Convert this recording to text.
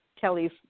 kelly's